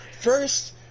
first